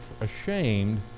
ashamed